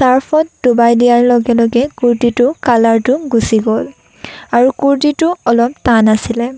চাৰ্ফত ডুবাই দিয়াৰ লগে লগে কুৰ্তিটোৰ কালাৰটো গুচি গ'ল আৰু কুৰ্তিটো অলপ টান আছিলে